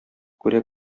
күрә